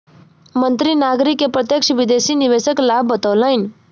मंत्री नागरिक के प्रत्यक्ष विदेशी निवेशक लाभ बतौलैन